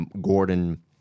Gordon